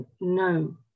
no